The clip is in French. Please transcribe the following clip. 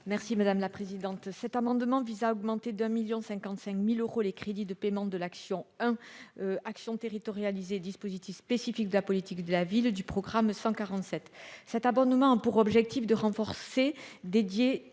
Merci madame la présidente, cet amendement vise à augmenter d'un 1000000 55 1000 euros, les crédits de paiement de l'action hein action territorialisée dispositif spécifique de la politique de la ville du programme 147 cet abonnement pour objectif de renforcer dédié